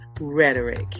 Rhetoric